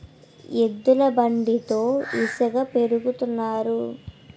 ఎద్దుల బండితో ఇసక పెరగతన్నారు